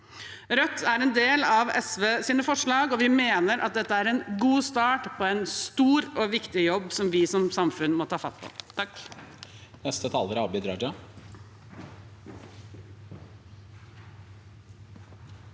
Rødt er med på SVs forslag, og vi mener at dette er en god start på en stor og viktig jobb som vi som samfunn må ta fatt på. Abid